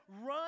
run